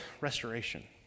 restoration